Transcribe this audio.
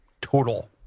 total